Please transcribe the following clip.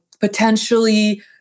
potentially